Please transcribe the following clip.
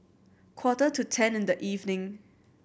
quarter to ten in the evening